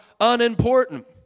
unimportant